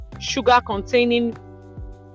sugar-containing